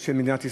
של מדינת ישראל,